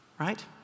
right